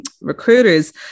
recruiters